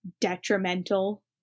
detrimental